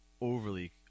overly